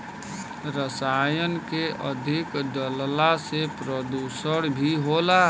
रसायन के अधिक डलला से प्रदुषण भी होला